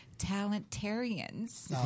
talentarians